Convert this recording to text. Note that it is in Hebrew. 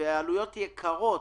והעלויות יקרות.